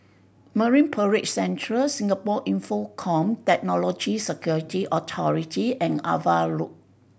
Marine Parade Central Singapore Infocomm Technology Security Authority and Ava Road